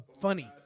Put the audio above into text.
funny